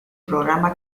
programa